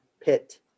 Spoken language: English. pit